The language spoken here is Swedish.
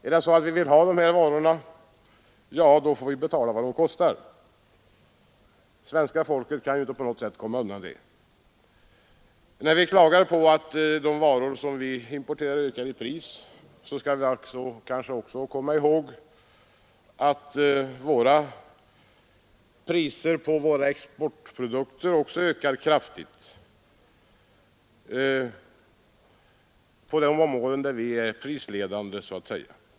Om vi vill ha dessa varor, får vi betala vad de kostar. Svenska folket kan inte på något sätt komma undan det. När vi klagar på att de varor som vi importerar ökar i pris, bör vi komma ihåg att priserna på våra exportprodukter också ökar kraftigt på de områden där vi så att säga är prisledande.